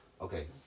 Okay